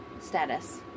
status